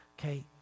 Okay